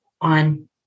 on